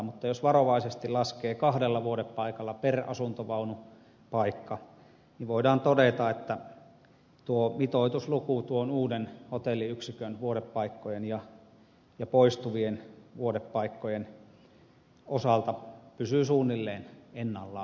mutta jos varovaisesti laskee kahdella vuodepaikalla per asuntovaunupaikka niin voidaan todeta että mitoitusluku tuon uuden hotelliyksikön vuodepaikkojen ja poistuvien vuodepaikkojen osalta pysyy suunnilleen ennallaan